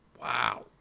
Wow